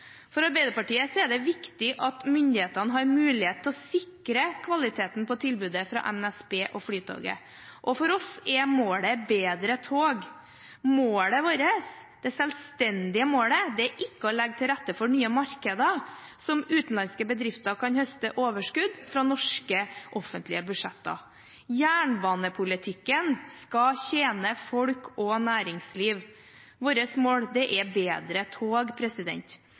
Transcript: For Arbeiderpartiet er det viktig at myndighetene har mulighet til å sikre kvaliteten på tilbudet fra NSB og Flytoget. For oss er målet bedre tog. Målet vårt – det selvstendige målet – er ikke å legge til rette for nye markeder, der utenlandske bedrifter kan høste overskudd fra norske offentlige budsjetter. Jernbanepolitikken skal tjene folk og næringsliv. Vårt mål er bedre tog.